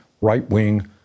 right-wing